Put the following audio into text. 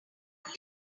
only